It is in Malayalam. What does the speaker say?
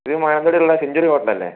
ഇത് മാനന്തവാടിള്ള സെഞ്ച്വറി ഹോട്ടലല്ലേ